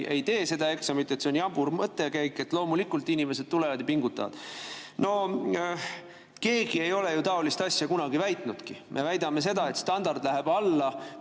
tee seda eksamit, et see on jabur mõttekäik, loomulikult inimesed tulevad ja pingutavad. No keegi ei ole ju taolist asja kunagi väitnudki. Me väidame seda, et standard läheb alla,